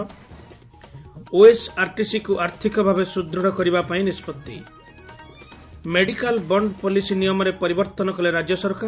ଓଏସଆରଟିସିକୁ ଆର୍ଥିକଭାବେ ସୁଦୃଢ କରିବା ପାଇଁ ନିଷ୍ବଉି ମେଡିକାଲ ବଣ୍ଡ ପଲିସି ନିୟମରେ ପରିବର୍ଭନ କଲେ ରାଜ୍ୟ ସରକାର